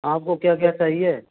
आपको क्या क्या चाहिए